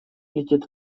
летит